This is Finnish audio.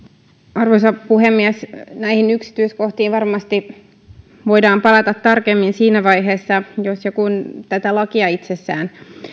arvoisa puhemies näihin yksityiskohtiin varmasti voidaan palata tarkemmin siinä vaiheessa jos ja kun tätä lakia itsessään